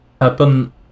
happen